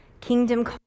Kingdom